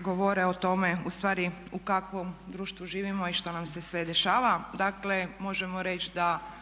govore o tome ustvari u kakvom društvu živimo i šta nam se sve dešava. Dakle možemo reći da